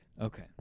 Okay